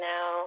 Now